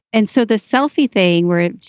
and so the selfie thing where,